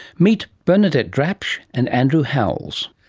meet bernadette drabsch and andrew howells.